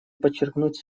подчеркнуть